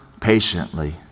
patiently